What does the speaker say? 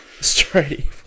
Straight